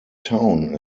town